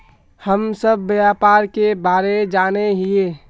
हम सब व्यापार के बारे जाने हिये?